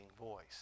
voice